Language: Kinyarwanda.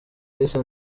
yise